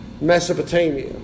Mesopotamia